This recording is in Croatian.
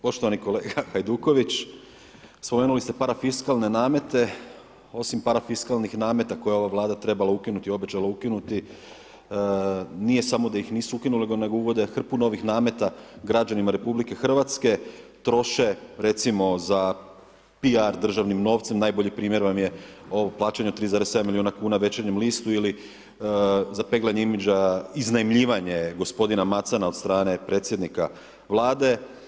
Poštovani kolega Hajduković, spomenuli ste parafiskalne namete, osim parafiskalnih nameta koje je ova Vlada trebala ukinuti, obećala ukinuti, nije samo da ih nisu ukinuli nego uvode hrpu novih nameta građanima RH, troše recimo za PR državnim novcem, najbolji primjer vam je plaćanje od 3,7 milijuna kuna Večernjem listu ili za peglanje imidža iznajmljivanje gospodina Macana od strane predsjednika Vlade.